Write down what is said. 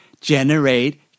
generate